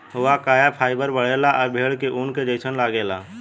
हुआकाया फाइबर बढ़ेला आ भेड़ के ऊन के जइसन लागेला